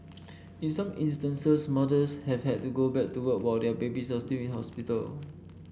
in some instances mothers have had to go back to work while their babies are still in hospital